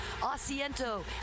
asiento